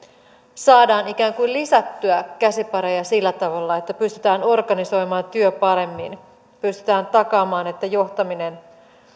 saadaan ikään kuin lisättyä käsipareja sillä tavalla että pystytään organisoimaan työ paremmin pystytään takaamaan että johtaminen